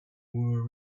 were